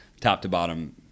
top-to-bottom